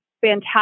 fantastic